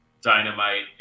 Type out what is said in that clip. Dynamite